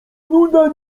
nuda